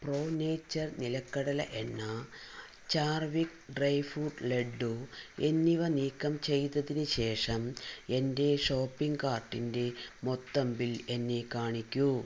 pro nature നിലക്കടല എണ്ണ Charvik dry fruit laddoo എന്നിവ നീക്കം ചെയ്തതിനു ശേഷം എന്റെ ഷോപ്പിംഗ് കാർട്ടിന്റെ മൊത്തം ബിൽ എന്നെ കാണിക്കൂ